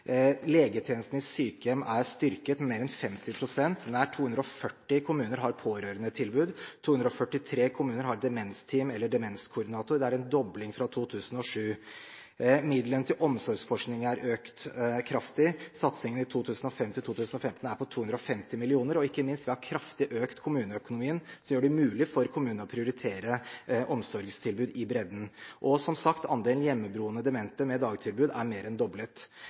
Legetjenesten i sykehjem er styrket med mer enn 50 pst. Nær 240 kommuner har pårørendetilbud. 243 kommuner har demensteam eller demenskoordinator – det er en dobling fra 2007. Midlene til omsorgsforskning er økt kraftig – satsingen i 2005–2015 er på 250 mill. kr – og ikke minst har vi kraftig bedret kommuneøkonomien, noe som gjør det mulig for kommunene å prioritere omsorgstilbud i bredden. Og som sagt: Andelen hjemmeboende demente med dagtilbud er mer enn doblet.